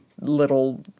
little